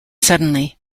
suddenly